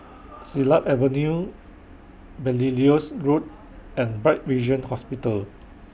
Silat Avenue Belilios Road and Bright Vision Hospital